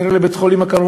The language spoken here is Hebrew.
כנראה לבית-החולים הקרוב,